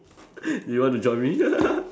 you want to join me